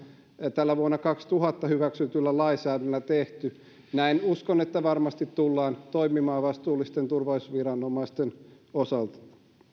tällä vuonna kaksituhatta hyväksytyllä lainsäädännöllä tehty näin uskon että varmasti tullaan toimimaan vastuullisten turvallisuusviranomaisten osalta